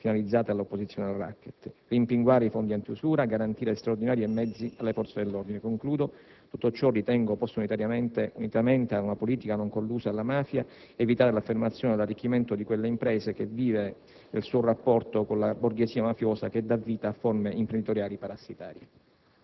finalizzate all'opposizione al racket; rimpinguare i fondi antiusura; garantire mezzi e straordinari alle forze dell'ordine. In conclusione, ritengo che tutto ciò possa, unitamente ad una politica non collusa alla mafia, evitare l'affermazione e l'arricchimento di quelle imprese che vivono sul rapporto con la borghesia mafiosa, che dà vita a forme imprenditoriali parassitarie.